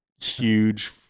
Huge